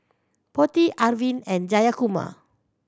Potti Arvind and Jayakumar